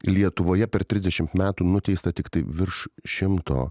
lietuvoje per trisdešim metų nuteista tiktai virš šimto